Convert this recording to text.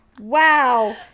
Wow